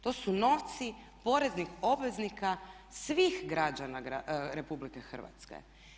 To su novci poreznih obveznika svih građana Republike Hrvatske.